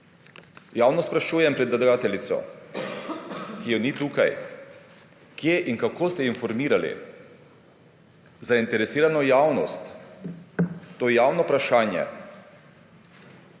Javno sprašujem predlagateljico, ki je ni tukaj. Kje in kako ste informirali zainteresirano javnost, to javno vprašanje?